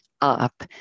up